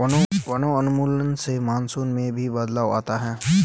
वनोन्मूलन से मानसून में भी बदलाव आता है